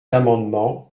amendement